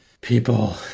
people